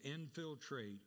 infiltrate